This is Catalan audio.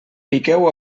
piqueu